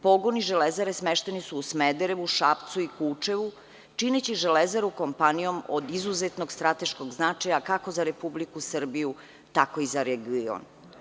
Pogoni Železare smešteni su u Smederevu, Šapcu i Kučevu čineći Železaru kompanijom od izuzetnog strateškog značaja kako za Republiku Srbiju tako i za region.